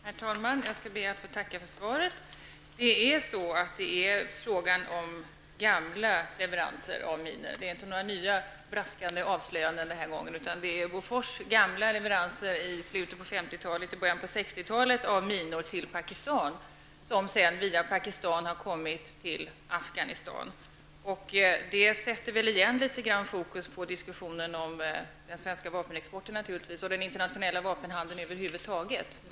Herr talman! Jag skall be att få tacka för svaret. Det är riktigt att det är fråga om gamla leveranser av minor, och det är alltså den här gången inte fråga om några nya, braskande avslöjanden. Det är fråga om Bofors gamla leveranser i slutet av 1950-talet och början av 1960-talet av minor till Pakistan, minor som sedan har gått vidare till Afghanistan. Detta sätter naturligtvis återigen den svenska vapenexporten och den internationella vapenhandeln över huvud taget i fokus.